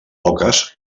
poques